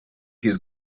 his